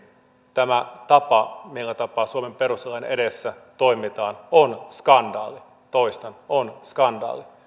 tämä tapa millä tapaa suomen perustuslain edessä toimitaan on skandaali toistan on skandaali